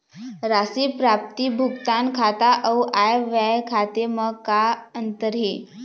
राशि प्राप्ति भुगतान खाता अऊ आय व्यय खाते म का अंतर हे?